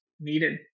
needed